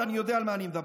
ואני יודע על מה אני מדבר.